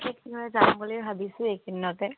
যাম বুলি ভাবিছোঁ এইকেইদিনতে